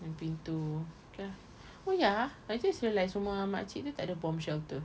and pintu okay lah oh ya ah I just realised rumah makcik tu tak ada bomb shelter